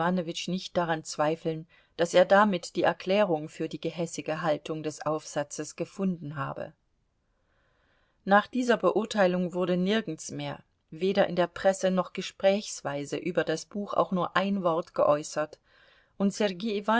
nicht daran zweifeln daß er damit die erklärung für die gehässige haltung des aufsatzes gefunden habe nach dieser beurteilung wurde nirgends mehr weder in der presse noch gesprächsweise über das buch auch nur ein wort geäußert und sergei